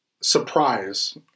surprise